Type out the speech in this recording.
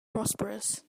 prosperous